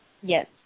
Yes